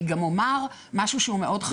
אני גם אומר משהו שהוא מאוד חשוב.